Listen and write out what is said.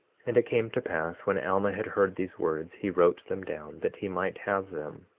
and it came to pass when alma had heard these words he wrote them down that he might have them,